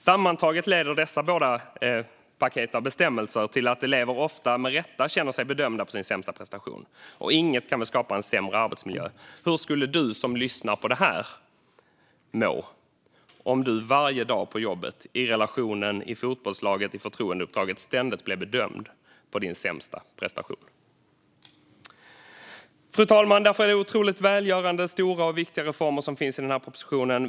Sammantaget leder dessa båda paket av bestämmelser till att elever, ofta med rätta, känner sig bedömda på sin sämsta prestation. Inget kan väl skapa en sämre arbetsmiljö. Hur skulle du som lyssnar på det här må om du varje dag på jobbet, i relationen, i fotbollslaget och i förtroendeuppdraget ständigt blev bedömd på din sämsta prestation? Fru talman! Därför är det otroligt välgörande, stora och viktiga reformer som finns i propositionen.